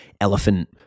elephant